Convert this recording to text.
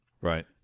right